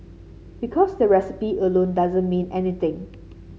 because the recipe alone doesn't mean anything